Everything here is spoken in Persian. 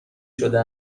شده